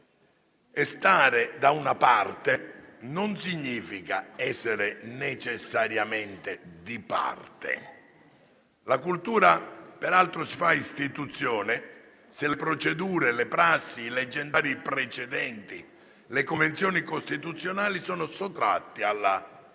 E stare da una parte non significa essere necessariamente di parte. La cultura, peraltro, si fa istituzione se le procedure, le prassi, i leggendari precedenti e le convenzioni costituzionali sono sottratti alla casualità